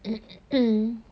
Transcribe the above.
mm true